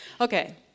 Okay